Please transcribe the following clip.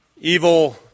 evil